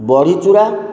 ବଡ଼ିଚୁରା